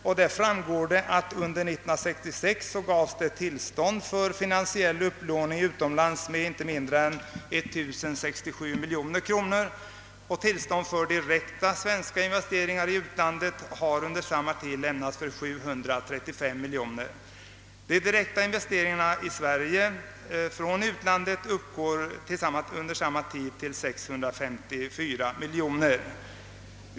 Av denna framgår att under 1966 gavs tillstånd till finansiell upplåning utomlands för inte mindre än 1067 miljoner kronor, och tillstånd till direkta svenska investeringar i utlandet har under samma tid lämnats för 735 miljoner kronor. De direkta investeringarna i Sverige från utlandet uppgår under samma tid till 654 miljoner kronor.